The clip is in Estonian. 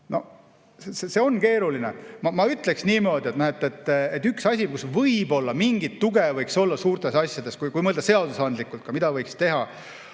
See on keeruline. Ma ütleksin niimoodi, et üks asi, kus võib-olla mingit tuge võiks olla suurtes asjades, kui mõelda seadusandlikult, mida võiks teha,